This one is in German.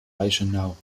reichenau